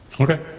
Okay